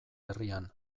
herrian